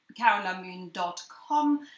carolamoon.com